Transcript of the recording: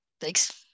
Thanks